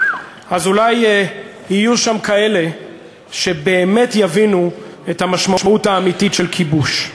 אז אולי יהיו שם כאלה שבאמת יבינו את המשמעות האמיתית של כיבוש.